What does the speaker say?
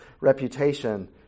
reputation